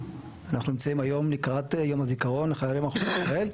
אנחנו נמצאים היום לקראת יום הזיכרון לחללי מערכות ישראל,